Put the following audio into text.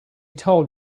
told